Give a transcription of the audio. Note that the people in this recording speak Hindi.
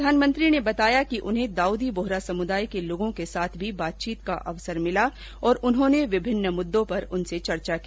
प्रधानमंत्री ने बताया कि उन्हें दाउदी बोहरा समुदाय के लोगों के साथ भी बातचीत का अवसर मिला और उन्होंने विभिन्न मुद्दों पर उनसे चर्चा की